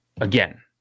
again